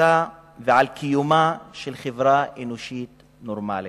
לכידותה ועל קיומה של חברה אנושית נורמלית.